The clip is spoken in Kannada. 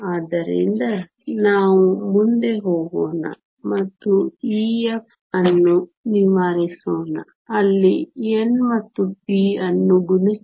ಆದ್ದರಿಂದ ನಾವು ಮುಂದೆ ಹೋಗೋಣ ಮತ್ತು Ef ಅನ್ನು ನಿವಾರಿಸೋಣ ಅಲ್ಲಿ n ಮತ್ತು p ಅನ್ನು ಗುಣಿಸಿ